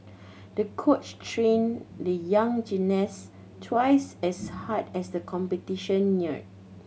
the coach trained the young gymnast twice as hard as the competition neared